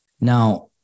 Now